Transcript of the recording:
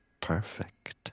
Perfect